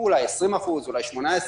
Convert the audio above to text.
ברגע שמנכ"ל